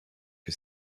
que